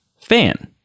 fan